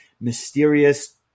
mysterious